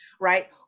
right